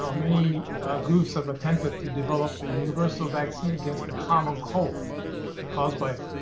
um many groups have attempted to develop a universal vaccine against the common cold caused by,